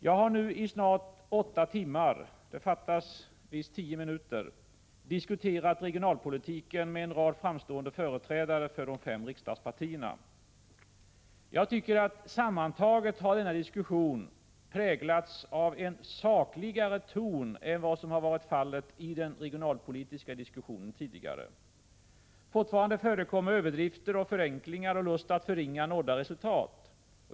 Jag har nu i snart åtta timmar — det fattas visst tio minuter — diskuterat regionalpolitiken med en rad framstående företrädare för de fem riksdagspartierna. Sammantaget har denna diskussion präglats av en sakligare ton än vad som har varit fallet i den regionalpolitiska diskussionen tidigare. Fortfarande förekommer överdrifter och förenklingar och lust att förringa nådda resultat.